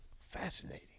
Fascinating